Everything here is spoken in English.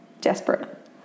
desperate